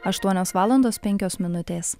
aštuonios valandos penkios minutės